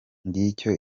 ngicyo